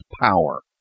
power